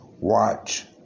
watch